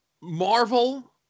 Marvel